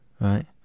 Right